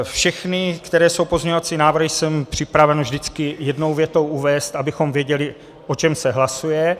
Všechny pozměňovací návrhy jsem připraven vždycky jednou větou uvést, abychom věděli, o čem se hlasuje.